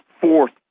fourth